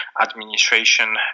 administration